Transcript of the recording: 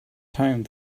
time